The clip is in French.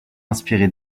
inspiré